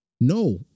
No